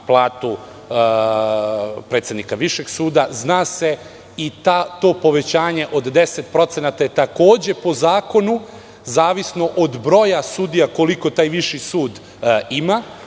platu predsednika Višeg suda i to povećanje od 10% je takođe po zakonu, zavisno od broja sudija, koliko taj viši sud ima,